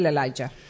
Elijah